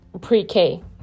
pre-K